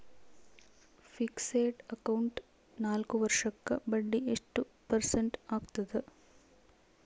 Fixed account ನಾಲ್ಕು ವರ್ಷಕ್ಕ ಬಡ್ಡಿ ಎಷ್ಟು ಪರ್ಸೆಂಟ್ ಆಗ್ತದ?